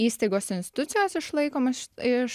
įstaigos institucijos išlaikomos iš